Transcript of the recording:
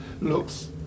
looks